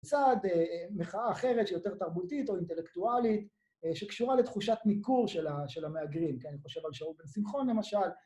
‫בצד, מחאה אחרת, ‫שהיא יותר תרבותית או אינטלקטואלית, ‫שקשורה לתחושת ניכור של המהגרים. ‫כי אני חושב על שאול בן שמחון למשל,